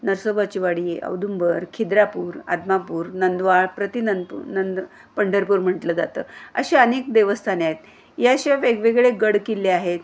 नरसोबाची वाडी औदुंबर खिद्रापूर आदमापूर नंदवाळ प्रतिनंदपू नंद पंढरपूर म्हटलं जातं असे अनेक देवस्थाने आहेत या असे वेगवेगळे गडकिल्ले आहेत